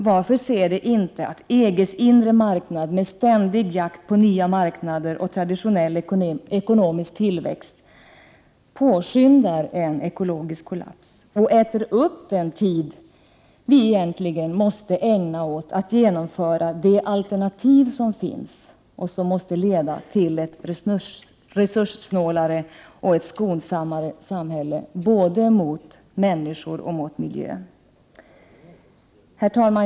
Varför ser de inte att EG:s inre marknad med ständig jakt på nya marknader och traditionell ekonomisk tillväxt påskyndar en ekologisk kollaps? Denna marknad äter upp den tid vi egentligen måste ägna åt att genomföra de alternativ som finns och som måste leda till ett resurssnålare och skonsammare samhälle både mot människor och mot miljö. det är vi, inte de, som skall ge de ramarna och formulera styrmedlen. Jag har trott att 1960-talets flyttlasspolitik aldrig skulle behöva upprepas. Jag har trott att decentralisering och utlokalisering har haft en klar politisk Herr talman!